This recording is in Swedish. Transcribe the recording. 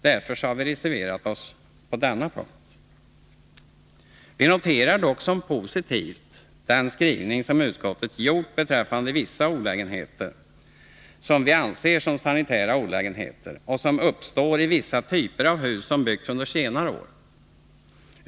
Därför har vi reserverat oss på denna punkt. Vi noterar dock som positivt den skrivning som utskottet gjort beträffande vissa olägenheter, som vi anser som sanitära olägenheter och som uppträtt i vissa typer av hus som byggts under senare år.